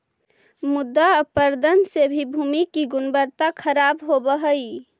मृदा अपरदन से भी भूमि की गुणवत्ता खराब होव हई